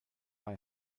bei